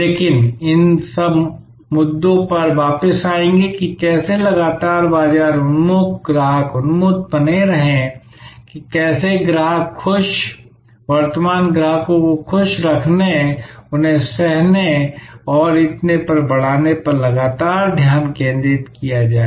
लेकिन हम इन मुद्दों पर वापस आएँगे कि कैसे लगातार बाजार उन्मुख ग्राहक उन्मुख बने रहें कैसे ग्राहक खुश वर्तमान ग्राहकों को खुश रखने उन्हें सहने और इतने पर बढ़ाने पर लगातार ध्यान केंद्रित किया जाए